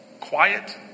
quiet